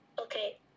okay